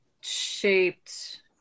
shaped